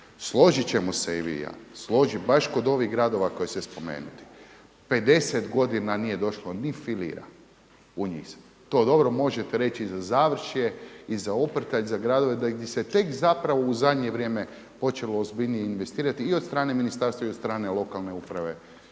Složit ćemo se i vi i ja, baš kod ovih radova koje ste spomenuli 50 godina nije došlo ni filira u njih. To dobro možete reći i za Završje i za Oprtalj, za gradove di se tek zapravo u zadnje vrijeme počelo ozbiljnije investirati i od strane ministarstva i od strane lokalne uprave